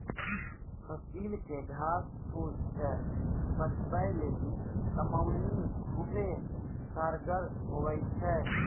फसिल के घास फुस से बचबै लेली कमौनी खुबै कारगर हुवै छै